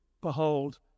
Behold